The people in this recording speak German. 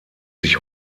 sich